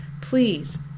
Please